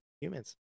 humans